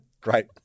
Great